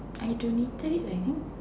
I donated it lah is it